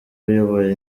uyoboye